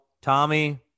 Tommy